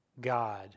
God